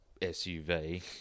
SUV